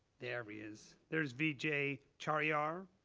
there he is. there's vijay chariar,